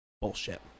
bullshit